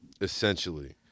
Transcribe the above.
essentially